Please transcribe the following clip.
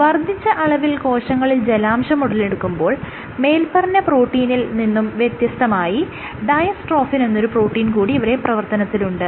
വർദ്ധിച്ച അളവിൽ കോശങ്ങളിൽ ജലാംശം ഉടലെടുക്കുമ്പോൾ മേല്പറഞ്ഞ പ്രോട്ടീനിൽ നിന്നും വ്യത്യസ്തമായി ഡയസ്ട്രോഫിൻ എന്നൊരു പ്രോട്ടീൻ കൂടി ഇവിടെ പ്രവർത്തനത്തിലുണ്ട്